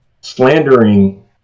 slandering